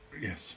yes